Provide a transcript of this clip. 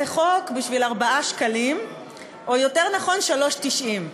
זה חוק בשביל 4 שקלים או יותר נכון 3.90 שקלים.